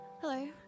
Hello